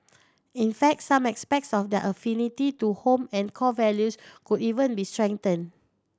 in fact some aspects of their affinity to home and core values could even be strengthened